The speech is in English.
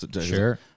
Sure